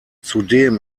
zudem